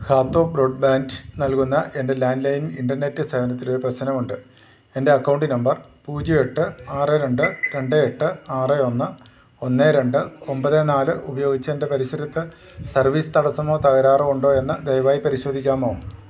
Hathway broadband നൽകുന്ന എൻ്റെ landline internet സേവനത്തിലൊരു പ്രശ്നമുണ്ട് എൻ്റെ അക്കൗണ്ട് നമ്പർ പൂജ്യം എട്ട് ആറ് രണ്ട് രണ്ട് എട്ട് ആറ് ഒന്ന് ഒന്ന് രണ്ട് ഒമ്പത് നാല് ഉപയോഗിച്ചെൻ്റെ പരിസരത്ത് സർവീസ് തടസ്സമോ തകരാറോ ഉണ്ടോ എന്നു ദയവായി പരിശോധിക്കാമോ